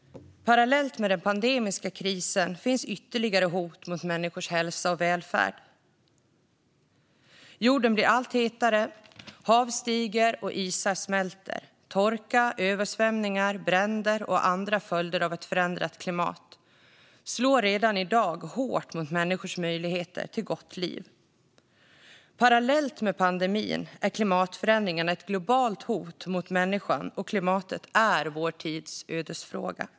Parallellt med den pandemiska krisen finns ytterligare hot mot människors hälsa och välfärd. Jorden blir allt hetare. Hav stiger, och isar smälter. Torka, översvämningar, bränder och andra följder av ett förändrat klimat slår redan i dag hårt mot människors möjligheter till ett gott liv. Parallellt med pandemin är klimatförändringarna ett globalt hot mot människan, och klimatet är vår tids ödesfråga.